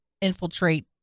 Infiltrate